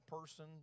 person